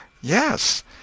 Yes